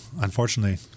unfortunately